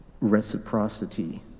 Reciprocity